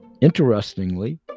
Interestingly